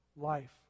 life